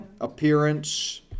appearance